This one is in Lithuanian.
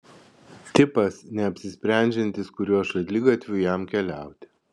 tipas neapsisprendžiantis kuriuo šaligatviu jam keliauti